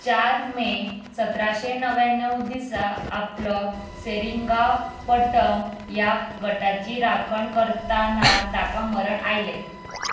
चार मे सतराशे णव्याणव दिसा आपलो सेरिंगांपट्टम ह्या गटाची राखण करताना ताका मरण आयलें